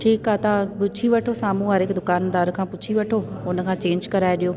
ठीकु आहे तव्हां पुछी वठो साम्हूं वारे हिकु दुकानदार खां पुछी वठो हुन खां चेंज कराइ ॾियो